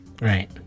Right